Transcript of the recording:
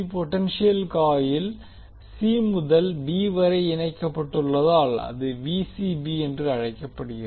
potential coil c முதல் b வரை இணைக்கப்பட்டுள்ளதால் அது என்று எழுதப்படுகிறது